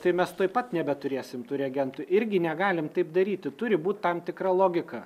tai mes tuoj pat nebeturėsim tų reagentų irgi negalim taip daryti turi būt tam tikra logika